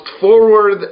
forward